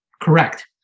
Correct